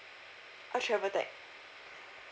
ah travel tag